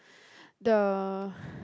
the